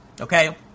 Okay